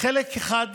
חלק אחד